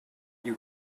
you